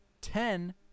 ten